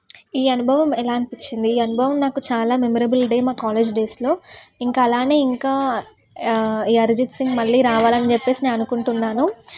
ఈ అనుభవం ఎలా అనిపించింది ఈ అనుభవం నాకు చాలా మెమరబుల్ డే మా కాలేజ్ డేస్లో ఇంకా అలానే ఇంకా ఈ అరిజిత్ సింగ్ మళ్ళీ రావాలని చెప్పేసి నేను అనుకుంటున్నాను